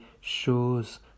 shows